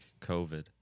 COVID